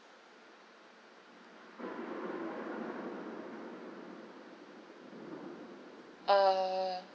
err